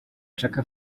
chaka